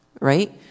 right